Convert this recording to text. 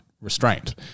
restraint